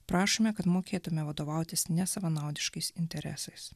prašome kad mokėtume vadovautis ne savanaudiškais interesais